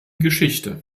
geschichte